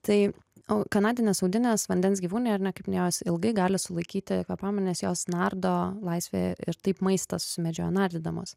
tai o kanadinės audinės vandens gyvūnai ar ne kaip ne jos ilgai gali sulaikyti kvėpavimą nes jos nardo laisvėje ir taip maistą sumedžioja nardydamos